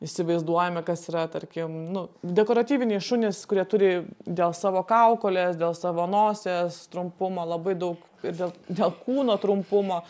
įsivaizduojame kas yra tarkim nu dekoratyviniai šunys kurie turi dėl savo kaukolės dėl savo nosies trumpumo labai daug i dėl dėl kūno trumpumo